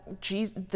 Jesus